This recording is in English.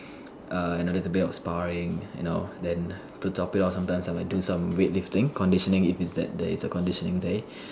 and a little bit of sparring you know then to top it off sometimes I will do some weightlifting conditioning if it's that there is a conditioning day